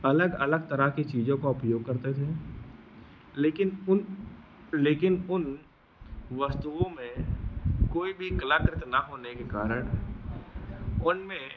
अलग अलग तरह की चीज़ों का उपयोग करते थे लेकिन उन लेकिन उन वस्तुओं में कोई भी कलाकृति न होने के कारण उनमें